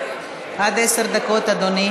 העדה הדתית